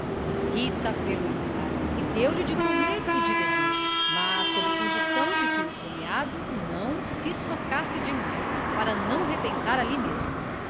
rita fê-lo entrar e deu-lhe de comer e de beber mas sob condição de que o esfomeado não se socasse demais para não rebentar ali mesmo